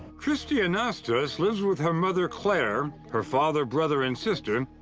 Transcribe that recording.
kristy anastis lives with her mother clair, her father, brother, and sister,